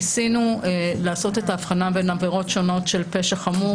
ניסינו לעשות את ההבחנה בין עבירות שונות של פשע חמור